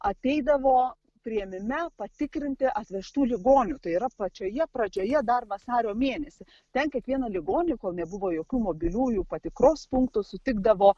ateidavo priėmime patikrinti atvežtų ligonių tai yra pačioje pradžioje dar vasario mėnesį ten kiekvieną ligonį kol nebuvo jokių mobiliųjų patikros punktų sutikdavo